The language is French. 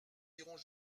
irons